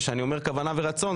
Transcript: ושאני אומר כוונה ורצון,